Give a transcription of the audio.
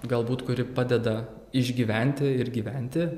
galbūt kuri padeda išgyventi ir gyventi